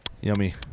Yummy